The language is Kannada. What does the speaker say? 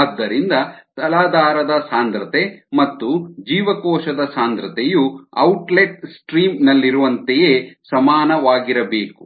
ಆದ್ದರಿಂದ ತಲಾಧಾರದ ಸಾಂದ್ರತೆ ಮತ್ತು ಜೀವಕೋಶದ ಸಾಂದ್ರತೆಯು ಔಟ್ಲೆಟ್ ಸ್ಟ್ರೀಮ್ ನಲ್ಲಿರುವಂತೆಯೇ ಸಮಾನವಾಗಿರಬೇಕು